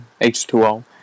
H2O